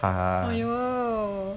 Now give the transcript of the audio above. !aiyo!